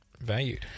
valued